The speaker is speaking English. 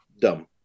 dumb